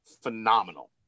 phenomenal